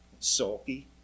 sulky